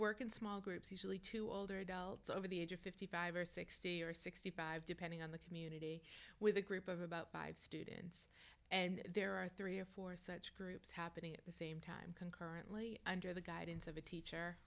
work in small groups usually two older adults over the age of fifty five or sixty or sixty five depending on a community with a group of about five students and there are three or four sick roups happening it is currently under the guidance of a teacher